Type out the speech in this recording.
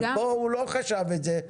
אבל פה הוא לא חשב את זה,